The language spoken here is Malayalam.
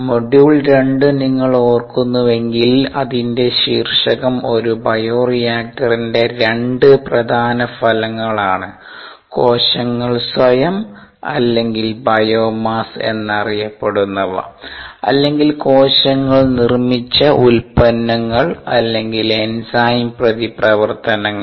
മൊഡ്യൂൾ 2 നിങ്ങൾ ഓർക്കുന്നുവെങ്കിൽ അതിൻറെ ശീർഷകം ഒരു ബയോ റിയാക്ടറിന്റെ രണ്ട് പ്രധാന ഫലങ്ങളാണ് കോശങ്ങൾ സ്വയം അല്ലെങ്കിൽ ബയോമാസ് എന്നറിയപ്പെടുന്നവ അല്ലെങ്കിൽ കോശങ്ങൾ നിർമ്മിച്ച ഉൽപ്പന്നങ്ങൾ അല്ലെങ്കിൽ എൻസൈം പ്രതിപ്രവർത്തനങ്ങൾ